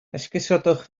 esgusodwch